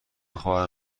خبر